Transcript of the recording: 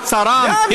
עוד לא הארכת את מעצרם.